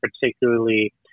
particularly